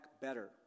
better